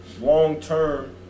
long-term